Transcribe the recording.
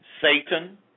Satan